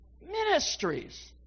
ministries